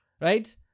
Right